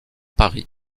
paris